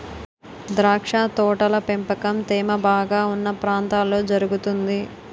ద్రాక్ష తోటల పెంపకం తేమ బాగా ఉన్న ప్రాంతాల్లో జరుగుతుంది